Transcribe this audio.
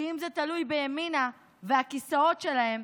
כי אם זה תלוי בימינה והכיסאות שלהם,